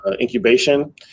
incubation